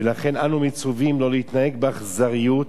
ולכן אנו מצווים שלא להתנהג באכזריות